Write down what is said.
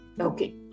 Okay